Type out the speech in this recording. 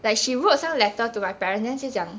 like she wrote a letter to my parents then since young